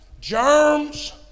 germs